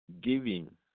giving